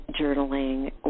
journaling